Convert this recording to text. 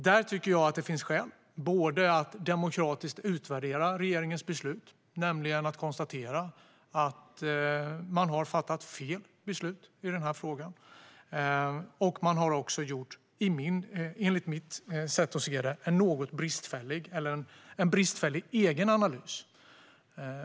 Här finns det skäl att både demokratiskt utvärdera regeringens beslut och konstatera att man har fattat fel beslut i denna fråga. Enligt mitt sätt att se det har regeringen även gjort en bristfällig egen analys.